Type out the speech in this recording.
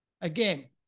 Again